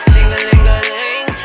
Sing-a-ling-a-ling